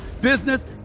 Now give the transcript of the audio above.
business